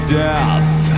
death